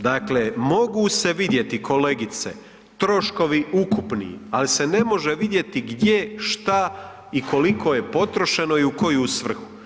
Dakle, mogu se vidjeti kolegice troškovi ukupni, ali se ne može vidjeti gdje, šta i koliko je potrošeno i u koju svrhu.